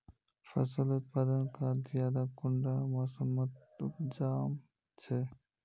फसल उत्पादन खाद ज्यादा कुंडा मोसमोत उपजाम छै?